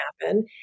happen